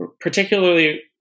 particularly